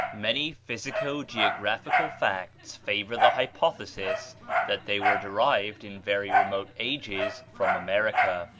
many physico-geographical facts favor the hypothesis that they were derived in very remote ages from america,